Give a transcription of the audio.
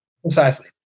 Precisely